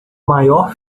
maior